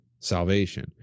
salvation